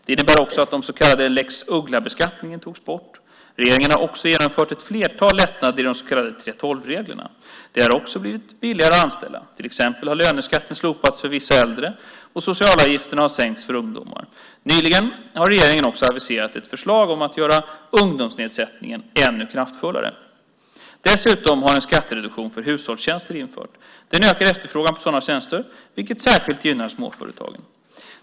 Det innebar också att den så kallade lex Ugglabeskattningen togs bort. Regeringen har också genomfört ett flertal lättnader i de så kallade 3:12-reglerna. Det har också blivit billigare att anställa. Till exempel har löneskatten slopats för vissa äldre, och socialavgifterna har sänkts för ungdomar. Nyligen har regeringen också aviserat ett förslag om att göra ungdomsnedsättningen ännu kraftfullare. Dessutom har en skattereduktion för hushållstjänster införts. Den ökar efterfrågan på sådana tjänster, vilket särskilt gynnar småföretagen.